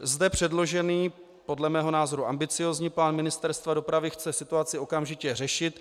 Zde předložený, podle mého názoru ambiciózní plán Ministerstva dopravy chce situaci okamžitě řešit.